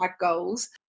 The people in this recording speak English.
goals